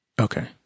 Okay